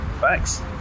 Thanks